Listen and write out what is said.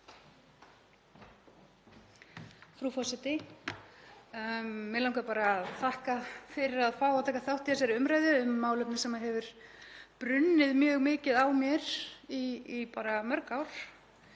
Frú forseti. Mig langar bara að þakka fyrir að fá að taka þátt í þessari umræðu um málefni sem hefur brunnið mjög mikið á mér í mörg ár.